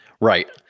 Right